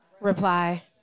Reply